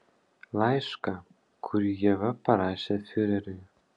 laišką kurį ieva parašė fiureriui